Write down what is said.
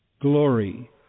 glory